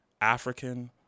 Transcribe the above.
african